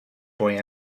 boy